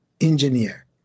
engineer